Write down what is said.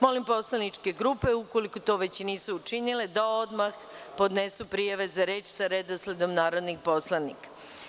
Molim poslaničke grupe, ukoliko to već nisu učinile, da odmah podnesu prijave za reč sa redosledom narodnih poslanika.